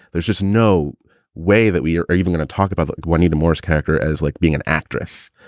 there's just no way that we are are even going to talk about like juanita moore's character as like being an actress.